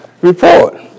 report